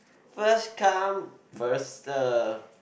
first come first serve